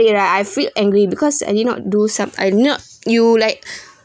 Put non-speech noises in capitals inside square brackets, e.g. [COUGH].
it right I feel angry because I did not do some I did not you like [BREATH]